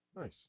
nice